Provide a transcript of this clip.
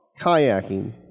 kayaking